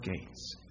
gates